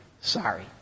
sorry